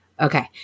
Okay